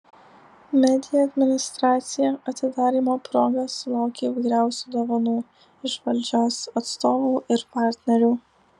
media administracija atidarymo proga sulaukė įvairiausių dovanų iš valdžios atstovų ir partnerių